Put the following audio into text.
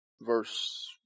verse